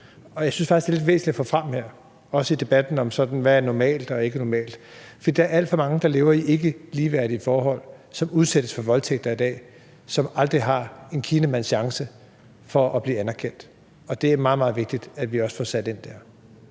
Jeg synes faktisk, det er lidt væsentligt at få frem her, også i debatten om, hvad der er normalt, og hvad der ikke er normalt, for der er alt for mange, der lever i ikkeligeværdige forhold, og som udsættes for voldtægter i dag, og som aldrig har en kinamands chance for at få det anerkendt. Og det er meget, meget vigtigt, at vi også får sat ind dér.